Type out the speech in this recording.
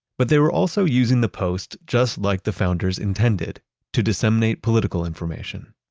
but they were also using the post just like the founders intended to disseminate political information.